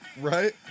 right